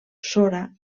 sora